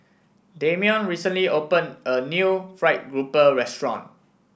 Damion recently opened a new fried grouper restaurant